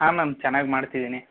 ಹಾಂ ಮ್ಯಾಮ್ ಚೆನ್ನಾಗಿ ಮಾಡ್ತಿದ್ದೀನಿ